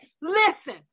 Listen